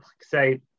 say